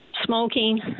smoking